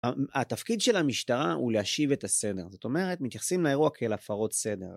התפקיד של המשטרה הוא להשיב את הסדר, זאת אומרת, מתייחסים לאירוע כאל הפרות סדר